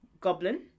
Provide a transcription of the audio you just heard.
Goblin